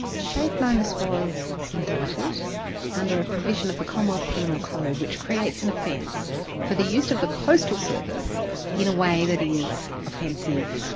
sheik monis was indicted under a provision of the commonwealth criminal code which creates an offence for the use of the postal service in a way that is offensive,